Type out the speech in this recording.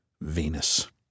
Venus